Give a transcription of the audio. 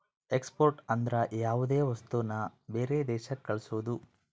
export ಅಂದ್ರ ಯಾವ್ದೇ ವಸ್ತುನ ಬೇರೆ ದೇಶಕ್ ಕಳ್ಸೋದು